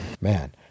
Man